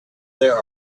there